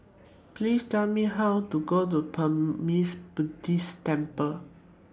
Please Tell Me How to get to Burmese Buddhist Temple